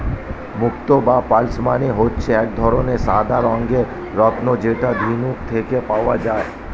মুক্তো বা পার্লস মানে হচ্ছে এক ধরনের সাদা রঙের রত্ন যেটা ঝিনুক থেকে পাওয়া যায়